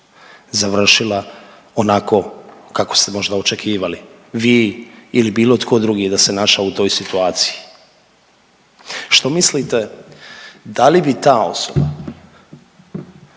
završila onako kako ste možda očekivali vi ili bilo tko drugi da se našao u toj situaciji što mislite da li bi ta osoba